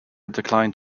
declined